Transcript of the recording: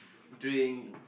drink